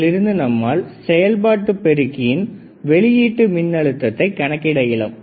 இதிலிருந்து நம்மால் செயல்பாட்டு பெருக்கியின் வெளியீட்டு மின்னழுத்தத்தை கணக்கிட இயலும்